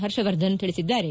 ಹರ್ಷವರ್ಧನ್ ತಿಳಿಸಿದ್ದಾರೆ